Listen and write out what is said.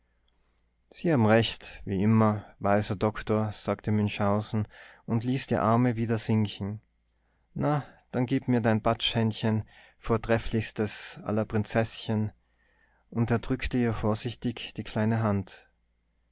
sie haben recht wie immer weiser doktor sagte münchhausen und ließ die arme wieder sinken na dann gib mir dein patschhändchen vortrefflichstes aller prinzeßchen und er drückte ihr vorsichtig die kleine hand